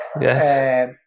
Yes